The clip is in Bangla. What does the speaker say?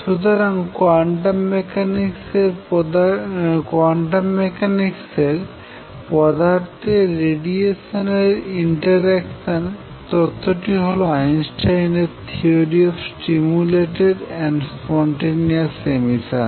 সুতরাং কোয়ান্টাম মেকানিক্সের পদার্থে রেডিয়েশন ইন্টারঅ্যাকশন তত্ত্বটি হল আইনস্টাইনের theory of stimulated and spontaneous emission